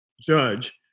judge